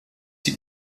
die